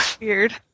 weird